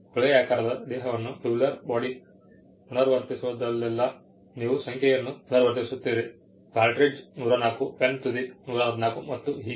ಕೊಳವೆಯಾಕಾರದ ದೇಹವನ್ನು ಪುನರಾವರ್ತಿಸಿದಲ್ಲೆಲ್ಲಾ ನೀವು ಸಂಖ್ಯೆಯನ್ನು ಪುನರಾವರ್ತಿಸುತ್ತೀರಿ ಕಾರ್ಟ್ರಿಡ್ಜ್ನಲ್ಲಿ 104 ಪೆನ್ ತುದಿ 114 ಮತ್ತು ಹೀಗೆ